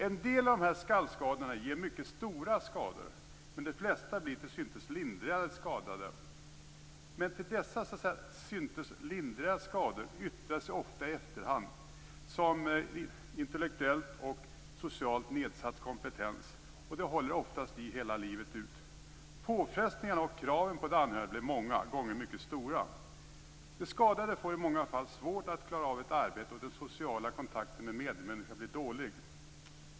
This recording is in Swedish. En del av dessa skallskador är mycket stora, men de flesta drabbade blir till synes lindrigare skadade. Men dessa till synes lindriga skador yttrar sig ofta i efterhand som intellektuellt och socialt nedsatt kompetens. Det håller oftast i hela livet ut. Påfrestningarna och kraven på de anhöriga blir många gånger mycket stora. Den skadade får i många fall svårt att klara av ett arbete, och den sociala kontakten med medmänniskor blir dålig.